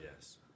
Yes